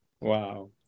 Wow